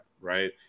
right